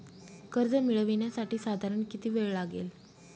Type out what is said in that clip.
कर्ज मिळविण्यासाठी साधारण किती वेळ लागेल?